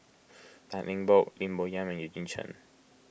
Tan Eng Bock Lim Bo Yam and Eugene Chen